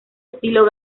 estilo